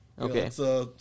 Okay